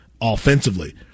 offensively